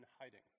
hiding